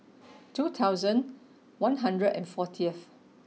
two thousand one hundred and fortieth